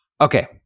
okay